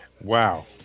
Wow